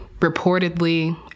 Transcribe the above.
reportedly